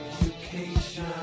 education